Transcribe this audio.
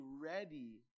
ready